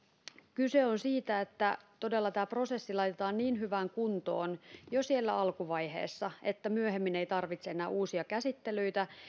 kyse on siitä että todella tämä prosessi laitetaan niin hyvään kuntoon jo siellä alkuvaiheessa että myöhemmin ei tarvitse enää uusia käsittelyitä